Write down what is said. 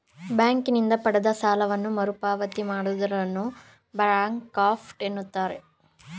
ಬ್ಯಾಂಕಿನಿಂದ ಪಡೆದ ಸಾಲವನ್ನು ಮರುಪಾವತಿ ಮಾಡದಿರುವುದನ್ನು ಬ್ಯಾಂಕ್ರಫ್ಟ ಎನ್ನುತ್ತಾರೆ